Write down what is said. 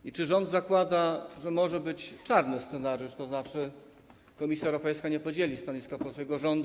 I czy rząd zakłada, że może być czarny scenariusz, to znaczy, że Komisja Europejska nie podzieli stanowiska polskiego rządu?